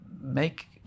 make